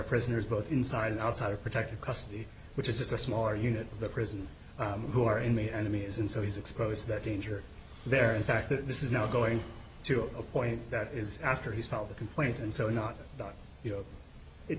prisoners both inside and outside of protective custody which is a smaller unit of the prison who are in the enemies and so he's exposed that danger there in fact that this is now going to a point that is after he's filed the complaint and so not you know it